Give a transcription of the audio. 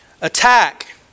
Attack